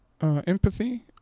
Empathy